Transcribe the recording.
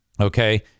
okay